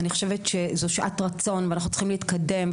אני חושבת שזו שעת רצון ואנחנו צריכים להתקדם,